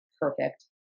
perfect